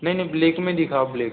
नहीं नहीं ब्लैक में दिखाओ ब्लैक में